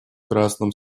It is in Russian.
красном